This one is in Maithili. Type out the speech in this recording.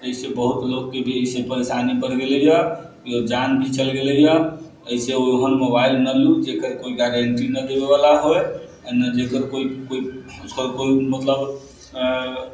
जैसे बहुत लोगके भी ऐसे परेशानी बढ़ि गेलैए लोग जान भी चल गेलैए ऐसे ओहन मोबाइल ने लू जकर कोइ गारण्टी नहि देबेवला होइ आओर ने जकर कोइ कोइ कुछ मतलब